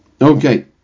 Okay